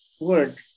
word